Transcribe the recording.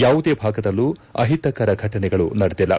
ಯಾವುದೇ ಭಾಗದಲ್ಲೂ ಅಹಿತಕರ ಘಟನೆಗಳು ನಡೆದಿಲ್ಲ